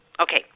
Okay